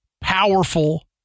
powerful